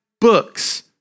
books